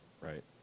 right